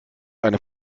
eine